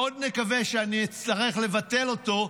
מאוד נקווה שאני אצטרך לבטל אותו,